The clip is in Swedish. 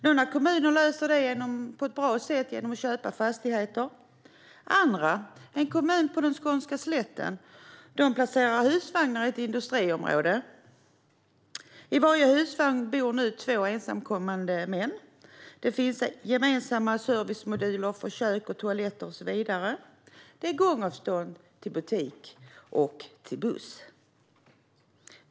Några kommuner löser detta på ett bra sätt genom att köpa fastigheter. En kommun på den skånska slätten placerar dock husvagnar i ett industriområde. I varje husvagn bor nu två ensamkommande män. Det finns gemensamma servicemoduler för kök, toaletter och så vidare, och det är gångavstånd till butik och buss.